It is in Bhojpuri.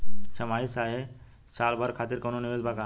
छमाही चाहे साल भर खातिर कौनों निवेश बा का?